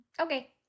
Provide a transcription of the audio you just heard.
okay